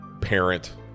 parent